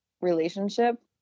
relationship